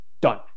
Done